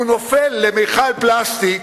הוא נופל למכל פלסטיק